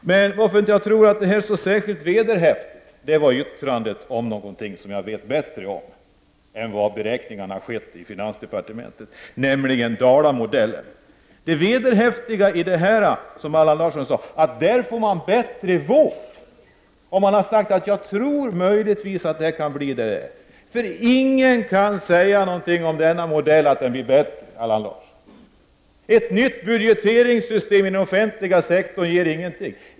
Det som gör att jag inte tror att det här är särskilt vederhäftigt är yttrandet om någonting som jag vet bättre om än de som gjort beräkningarna i finansdepartementet, nämligen Dalamodellen. Där får man bättre vård, sade Allan Larsson. Det hade varit klokare att säga att han tror att det möjligtvis kan bli så, för ingen kan säga att det blir bättre med den modellen. Ett nytt budgeteringssystem i den offentliga sektorn ger ingenting.